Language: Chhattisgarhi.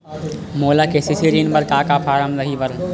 मोला के.सी.सी ऋण बर का का फारम दही बर?